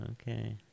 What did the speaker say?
Okay